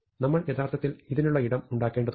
നമ്മൾ യഥാർത്ഥത്തിൽ ഇതിനുള്ള ഇടം ഉണ്ടാക്കേണ്ടതുണ്ട്